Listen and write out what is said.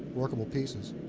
workable pieces.